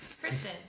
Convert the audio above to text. Kristen